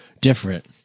different